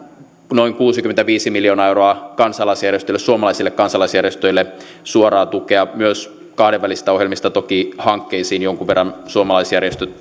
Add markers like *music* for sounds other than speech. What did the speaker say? noin kuusikymmentäviisi miljoonaa euroa suomalaisille kansalaisjärjestöille suoraa tukea myös kahdenvälisissä ohjelmissa toki hankkeisiin jonkun verran suomalaisjärjestöt *unintelligible*